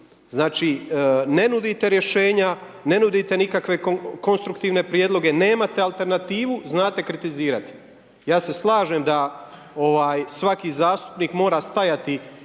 Znači ne nudite rješenja, ne nudite nikakve konstruktivne prijedloge, nemate alternativu, znate kritizirati. Ja se slažem da svaki zastupnik mora stajati